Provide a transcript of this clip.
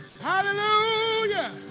Hallelujah